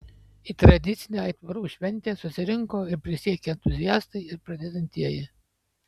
į tradicinę aitvarų šventę susirinko ir prisiekę entuziastai ir pradedantieji